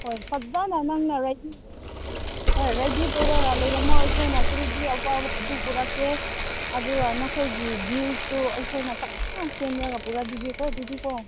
ꯍꯣꯏ ꯐꯖꯅ ꯅꯪꯅ ꯔꯦꯗꯤ ꯍꯣꯏ ꯔꯦꯗꯤ ꯇꯧꯔꯒ ꯂꯩꯔꯝꯃꯣ ꯑꯩꯈꯣꯏꯅ ꯀꯔꯤ ꯀꯔꯤ ꯑꯄꯥꯝꯕꯗꯨ ꯄꯨꯔꯛꯀꯦ ꯑꯗꯨꯒ ꯅꯈꯣꯏꯒꯤ ꯕꯤꯐꯇꯨ ꯑꯩꯈꯣꯏꯅ ꯐꯖꯅ ꯁꯦꯝꯂꯒ ꯄꯨꯔꯛꯄꯤꯒꯦꯀꯣ ꯑꯗꯨꯗꯤ ꯀꯣ